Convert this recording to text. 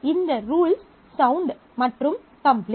இந்த rules sound மற்றும் complete